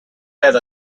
had